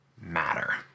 matter